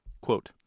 Quote